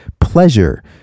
pleasure